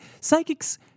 psychics